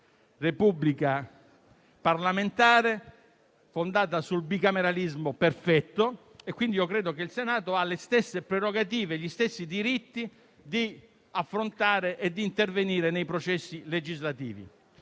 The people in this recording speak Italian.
Repubblica parlamentare fondata sul bicameralismo perfetto, quindi credo che il Senato abbia le stesse prerogative e gli stessi diritti di affrontare e di intervenire nei processi legislativi.